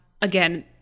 again